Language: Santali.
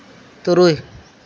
ᱛᱩᱨᱩᱭ